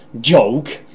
joke